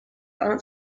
aunt